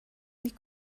нэг